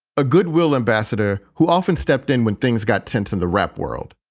a goodwill ambassador who often stepped in when things got tense in the rap world.